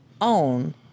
own